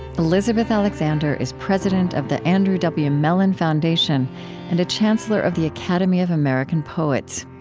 elizabeth alexander is president of the andrew w. mellon foundation and a chancellor of the academy of american poets.